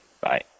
Bye